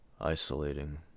isolating